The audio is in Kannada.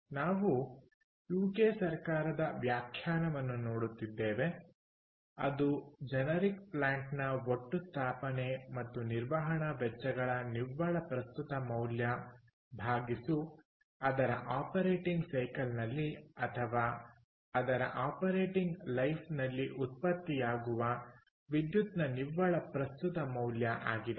ನಾವು ಯುಕೆ ಸರ್ಕಾರದ ವ್ಯಾಖ್ಯಾನವನ್ನು ನೋಡುತ್ತಿದ್ದೇವೆ ಅದು ಜೆನೆರಿಕ್ ಪ್ಲಾಂಟ್ನ ಒಟ್ಟು ಸ್ಥಾಪನೆ ಮತ್ತು ನಿರ್ವಹಣಾ ವೆಚ್ಚಗಳ ನಿವ್ವಳ ಪ್ರಸ್ತುತ ಮೌಲ್ಯ ಭಾಗಿಸು ಅದರ ಆಪರೇಟಿಂಗ್ ಸೈಕಲ್ನಲ್ಲಿ ಅಥವಾ ಅದರ ಆಪರೇಟಿಂಗ್ ಲೈಫ್ನಲ್ಲಿ ಉತ್ಪತ್ತಿಯಾಗುವ ವಿದ್ಯುತ್ನ ನಿವ್ವಳ ಪ್ರಸ್ತುತ ಮೌಲ್ಯ ಆಗಿದೆ